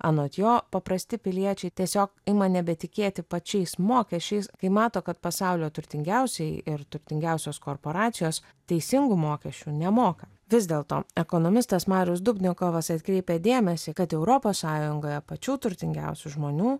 anot jo paprasti piliečiai tiesiog ima nebetikėti pačiais mokesčiais kai mato kad pasaulio turtingiausieji ir turtingiausios korporacijos teisingų mokesčių nemoka vis dėlto ekonomistas marius dubnikovas atkreipia dėmesį kad europos sąjungoje pačių turtingiausių žmonių